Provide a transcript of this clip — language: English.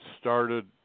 started